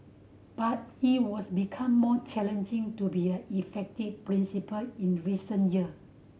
but it was become more challenging to be a effective principal in recent year